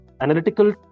analytical